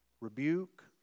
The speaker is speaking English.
rebuke